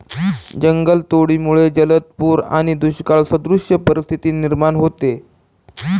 जंगलतोडीमुळे जलद पूर आणि दुष्काळसदृश परिस्थिती निर्माण होते